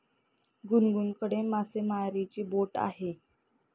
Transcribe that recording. गुनगुनकडे मासेमारीची बोट आहे